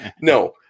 No